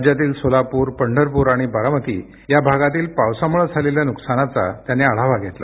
राज्यातील सोलापूर पंढरपूर आणि बारामती या भागातील पावसामुळे झालेल्या नुकसानीचा त्यांनी आढावा घेतला